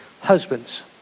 husbands